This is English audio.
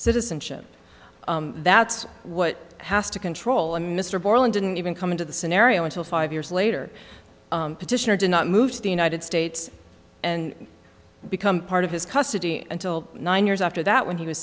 citizenship that's what has to control a mr borland didn't even come into the scenario until five years later petitioner did not move to the united states and become part of his custody until nine years after that when he was